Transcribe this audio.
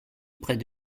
près